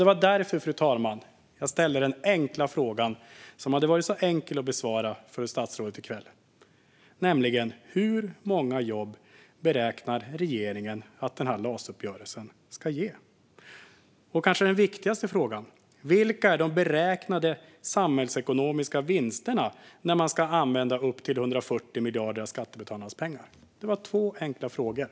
Det var därför, fru talman, som jag ställde frågan som hade varit så enkel att besvara för statsrådet i kväll, nämligen: Hur många jobb beräknar regeringen att den här LAS-uppgörelsen ska ge? Och den kanske viktigaste frågan är: Vilka är de beräknade samhällsekonomiska vinsterna när man ska använda upp till 140 miljarder av skattebetalarnas pengar? Det var två enkla frågor.